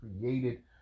created